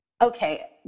Okay